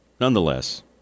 nonetheless